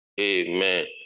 Amen